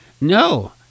no